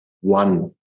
one